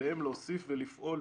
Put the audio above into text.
עליהם להוסיף ולפעול,